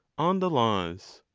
on the laws.